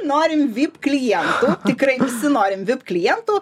norim vip klientų tikrai visi norim vip klientų